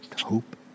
hope